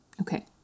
Okay